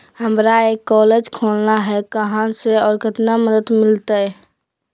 हमरा एक कॉलेज खोलना है, कहा से और कितना मदद मिलतैय?